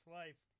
life